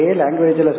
language